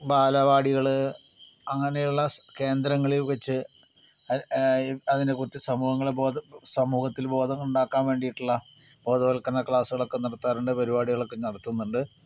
ബാലവാടികള് അങ്ങനെയുള്ള സ് കേന്ദ്രങ്ങളിൽ വെച്ച് അതിനെക്കുറിച്ച് സമൂഹങ്ങളിൽ സമൂഹത്തിൽ ബോധമുണ്ടാക്കാൻ വേണ്ടീട്ടുള്ള ബോധവൽക്കരണ ക്ലാസുകളൊക്കെ നടത്താറുണ്ട് പരിപാടികളൊക്കെ നടത്തുന്നുണ്ട്